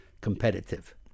competitive